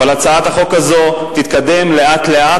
אבל הצעת החוק הזאת תתקדם לאט-לאט